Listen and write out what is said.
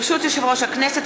ברשות יושב-ראש הכנסת,